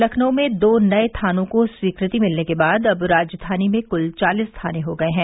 लखनऊ में दो नए थानों को स्वीकृति मिलने के बाद अब राजधानी में कुल चालीस थाने हो गए हैं